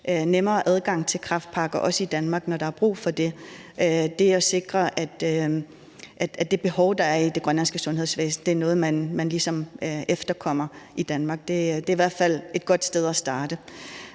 nemmere adgang til kræftpakker, også i Danmark, når der er brug for det, det at sikre, at det behov, der er i det grønlandske sundhedsvæsen, ligesom er noget, man efterkommer i Danmark, er i hvert fald et godt sted at starte.